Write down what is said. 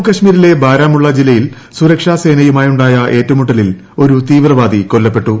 ജമ്മു കാശ്മീരിലെ ബാരാമുള്ള ജില്ലയിൽ സുരക്ഷാ ന് സേനയുമായുണ്ടായ ഏറ്റുമുട്ടലിൽ ഒരു തീവ്രവാദി കൊല്ലപ്പെട്ടു